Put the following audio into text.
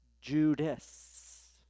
judas